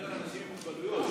שלא לדבר על אנשים עם מוגבלויות.